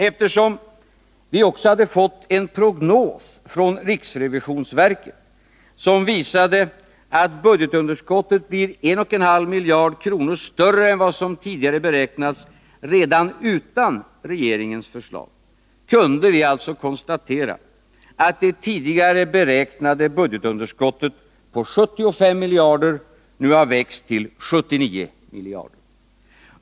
Eftersom vi också hade fått en prognos från riksrevisionsverket, som visade att budgetunderskottet blir 1,5 miljarder större än vad som tidigare beräknats redan utan regeringens förslag, kunde vi alltså konstatera att det tidigare beräknade budgetunderskottet på 75 miljarder nu har växt till 79 miljarder.